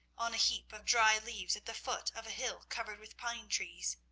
on a heap of dry leaves at the foot of a hill covered with pine trees.